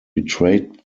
betrayed